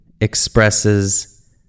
expresses